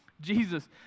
Jesus